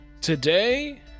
today